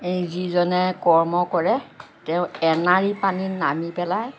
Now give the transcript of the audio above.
এই যিজনে কৰ্ম কৰে তেওঁ এনাড়ী পানীত নামি পেলাই